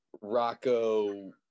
Rocco